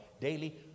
daily